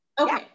Okay